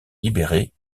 libérer